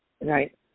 right